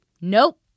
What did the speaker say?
nope